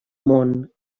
món